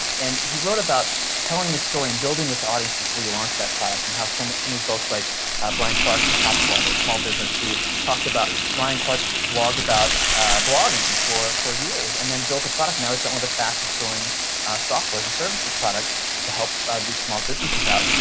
and he wrote about telling the story and building this audience before you launch that product, and how so but so many folks like brian clark from copyblogger, a small business, who talked about brian clarke blogged about blogging for for years and then built a product. now he's got one of the fastest growing software-as-a-services product to help these small businesses out.